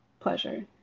Pleasure